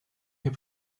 herr